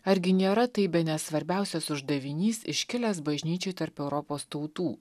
argi nėra tai bene svarbiausias uždavinys iškilęs bažnyčioje tarp europos tautų